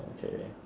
okay